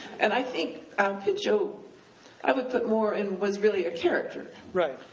and i think um pinchot i would put more in, was really a character. right.